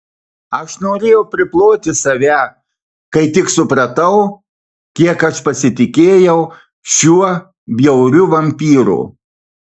aš norėjau priploti save kai tik supratau kiek aš pasitikėjau šiuo bjauriu vampyru